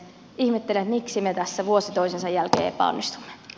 ihmettelen miksi me tässä vuosi toisensa jälkeen epäonnistumme